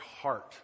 heart